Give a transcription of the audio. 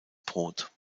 brot